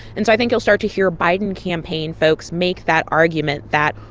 and so i think you'll start to hear biden campaign folks make that argument that,